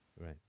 Right